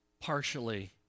partially